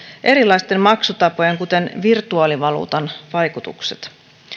erilaisten maksutapojen kuten virtuaalivaluutan vaikutukset